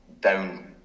down